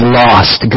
lost